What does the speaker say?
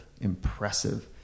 impressive